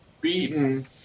beaten